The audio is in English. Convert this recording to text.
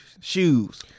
shoes